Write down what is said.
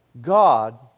God